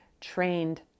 trained